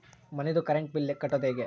ಮನಿದು current bill ಕಟ್ಟೊದು ಹೇಗೆ?